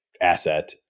asset